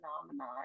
phenomenon